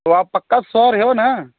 तो आप पक्का श्योर हो ना